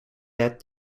that